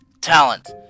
talent